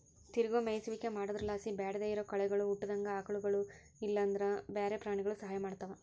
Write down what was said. ತಿರುಗೋ ಮೇಯಿಸುವಿಕೆ ಮಾಡೊದ್ರುಲಾಸಿ ಬ್ಯಾಡದೇ ಇರೋ ಕಳೆಗುಳು ಹುಟ್ಟುದಂಗ ಆಕಳುಗುಳು ಇಲ್ಲಂದ್ರ ಬ್ಯಾರೆ ಪ್ರಾಣಿಗುಳು ಸಹಾಯ ಮಾಡ್ತವ